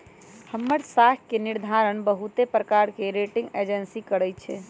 हमर साख के निर्धारण बहुते प्रकार के रेटिंग एजेंसी करइ छै